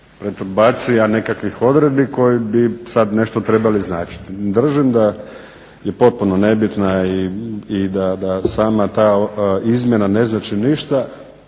pretumbacija nekakvih odredbi koji bi sad nešto trebali značiti. Držim da je potpuno nebitna i da sama ta izmjena ne znači ništa